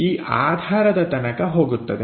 ಈ ಆಧಾರದ ತನಕ ಹೋಗುತ್ತದೆ